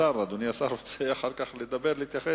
אדוני השר, והוא החטיבה להתיישבות.